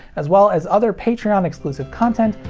as well as other patreon-exclusive content,